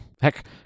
heck